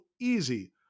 easy